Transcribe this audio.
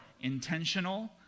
intentional